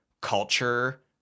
culture